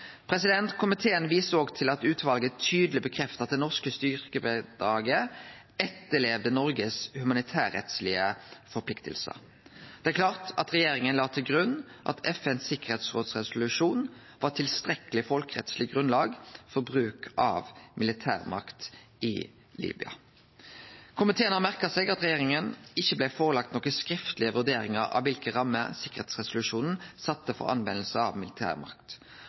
tid. Komiteen viser òg til at utvalet tydeleg bekreftar at det norske styrkebidraget etterlevde Noregs humanitærrettslege forpliktingar. Det er klart at regjeringa la til grunn at resolusjonen til Tryggingsrådet i FN var tilstrekkeleg folkerettsleg grunnlag for bruk av militærmakt i Libya. Komiteen har merka seg at regjeringa ikkje blei gitt nokon skriftlege vurderingar av kva for rammer resolusjonen til Tryggingsrådet sette for bruk av militærmakt.